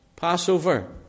Passover